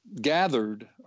gathered